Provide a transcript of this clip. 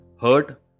hurt